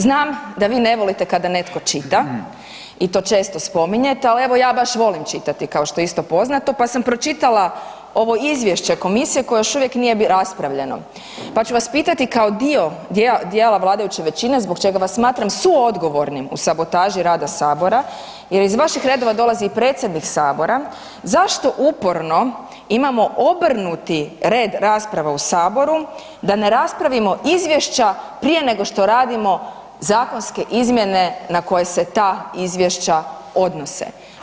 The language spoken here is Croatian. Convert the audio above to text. Znam da vi ne volite kada netko čita i to često spominjete ali evo, ja baš volim čitati kao što je isto poznato pa sam pročitala ovo izvješće komisije koja još uvijek nije bilo raspravljeno pa ću vas pitati kao dio djela vladajuće većine, zbog čega vas smatram suodgovornim u sabotaži rada Sabora jer iz vaših redova dolazi predsjednik Sabora, zašto uporno imamo obrnuti red rasprava u Saboru da ne raspravimo izvješća prije nego što radimo zakonske izmjene na koje se ta izvješća odnose?